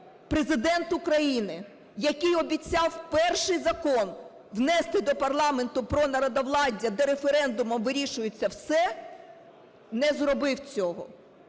Президент України, який обіцяв перший закон внести до парламенту про народовладдя, де референдумом вирішується все, не зробив цього?